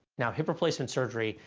now, hip replacement surgery,